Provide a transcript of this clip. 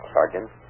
Sergeant